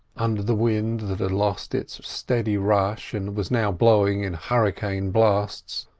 under the wind that had lost its steady rush and was now blowing in hurricane blasts,